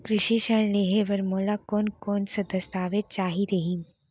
कृषि ऋण लेहे बर मोला कोन कोन स दस्तावेज चाही रही?